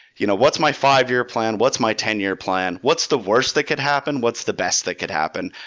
you know what's my five-year plan? what's my ten year plan? what's the worst that could happen? what's the best that could happen?